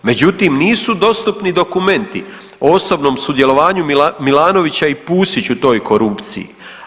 Međutim, nisu dostupni dokumenti o osobnom sudjelovanju Milanovića i Pusić u toj korupciji.